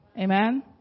Amen